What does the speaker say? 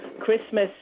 Christmas